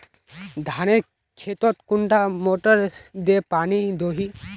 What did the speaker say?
धानेर खेतोत कुंडा मोटर दे पानी दोही?